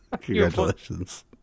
Congratulations